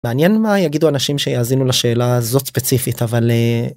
מעניין מה יגידו אנשים שיאזינו לשאלה הזאת ספציפית אבל.